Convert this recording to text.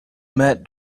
met